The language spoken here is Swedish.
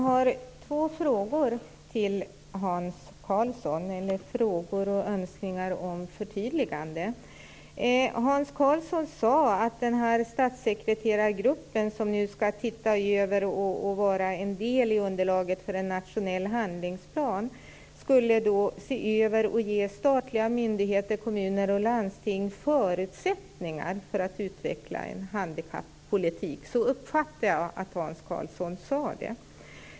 Herr talman! Jag har två frågor och önskningar om förtydliganden till Hans Karlsson. Hans Karlsson sade att statssekreterargruppen skall se över underlaget för en nationell handlingsplan och ge statliga myndigheter, kommuner och landsting förutsättningar för att utveckla en handikappolitik. Så uppfattade jag Hans Karlsson.